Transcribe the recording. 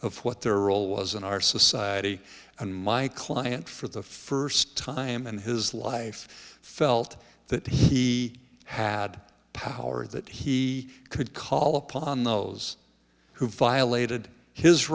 of what their role was in our society and my client for the first time in his life felt that he had power that he could call upon those who violated his